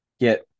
get